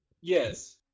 yes